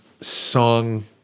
song